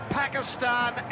pakistan